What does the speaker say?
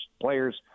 players